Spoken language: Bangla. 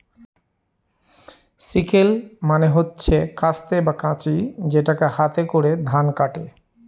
সিকেল মানে হচ্ছে কাস্তে বা কাঁচি যেটাকে হাতে করে ধান কাটে